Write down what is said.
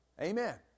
Amen